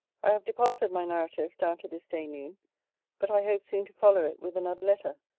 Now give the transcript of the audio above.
i have deposited my narrative down to this day noon but i hope soon to follow it with another letter,